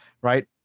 right